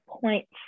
points